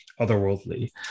otherworldly